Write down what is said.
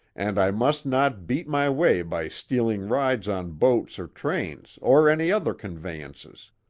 and i must not beat my way by stealing rides on boats or trains or any other conveyances.